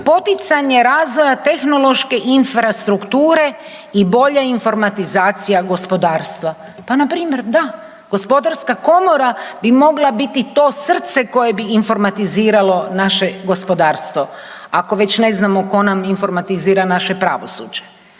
poticanje razvoja tehnološke infrastrukture i bolja informatizacija gospodarstva. Pa npr. da, gospodarska komora bi mogla biti to srce koje bi informatiziralo naše gospodarstvo ako već ne znam tko nam informatizira naše pravosuđe.